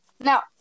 Now